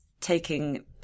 taking